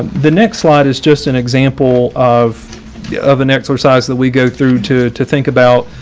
the next slide is just an example of yeah of an exercise that we go through to to think about,